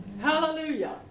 Hallelujah